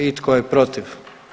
I tko je protiv?